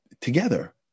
together